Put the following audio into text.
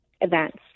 events